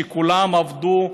שכולם עבדו,